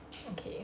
okay